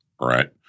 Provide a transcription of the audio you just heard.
right